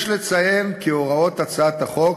יש לציין כי הוראות הצעת החוק